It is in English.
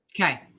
Okay